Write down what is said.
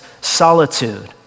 Solitude